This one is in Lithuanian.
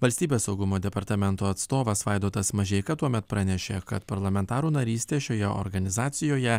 valstybės saugumo departamento atstovas vaidotas mažeika tuomet pranešė kad parlamentarų narystė šioje organizacijoje